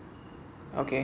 okay